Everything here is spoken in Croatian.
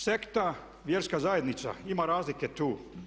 Sekta, vjerska zajednica ima razlike tu.